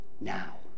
now